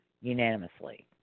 unanimously